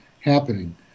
happening